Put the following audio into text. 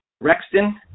Rexton